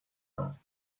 کنم